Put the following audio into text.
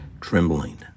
trembling